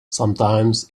sometimes